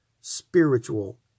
spiritual